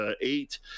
eight